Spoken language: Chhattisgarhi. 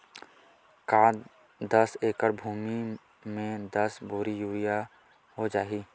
का दस एकड़ भुमि में दस बोरी यूरिया हो जाही?